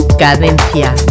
Cadencia